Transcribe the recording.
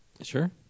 sure